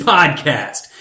Podcast